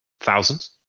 Thousands